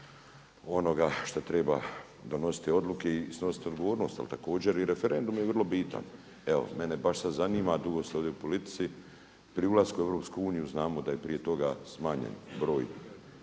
onoga što treba donositi odluke i snositi odgovornost. Jer također i referendum je vrlo bitan. Evo mene baš sad zanima, dugo ste ovdje u politici, pri ulasku u EU znamo da je prije toga smanjen broj